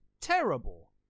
terrible